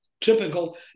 typical